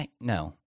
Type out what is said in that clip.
no